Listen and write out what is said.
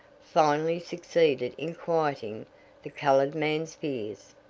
finally succeeded in quieting the colored man's fears.